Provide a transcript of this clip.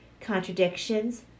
Contradictions